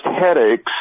headaches